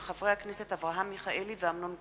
של חברי הכנסת אברהם מיכאלי ואמנון כהן.